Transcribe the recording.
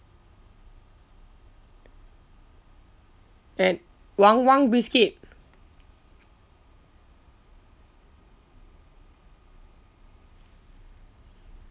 and wang wang biscuit